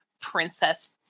princess